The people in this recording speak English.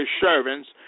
servants